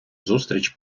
зустріч